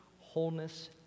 wholeness